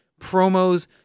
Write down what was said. promos